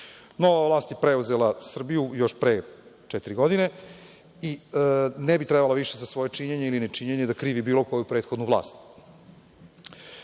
Nova vlast je preuzela Srbiju još pre četiri godine i ne bi trebala više za svoje činjenje ili nečinjenje da krivi bilo koju prethodnu vlast.U